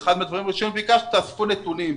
אחד הדברים שביקשו היה לאסוף נתונים.